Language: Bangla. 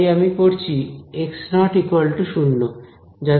তাই আমি করছি x0 0 যাতে গণনা সহজ হয়